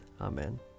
Amen